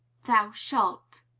thou shalt.